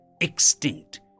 extinct